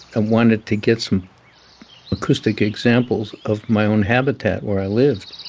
and wanted to get some acoustic examples of my own habitat where i lived